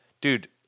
Dude